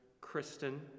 Kristen